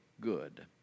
good